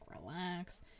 relax